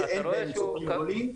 שאין בהם סופרים גדולים,